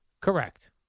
Correct